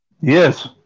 Yes